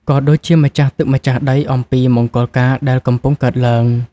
ក៏ដូចជាម្ចាស់ទឹកម្ចាស់ដីអំពីមង្គលការដែលកំពុងកើតឡើង។